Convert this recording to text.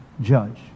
judge